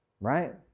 right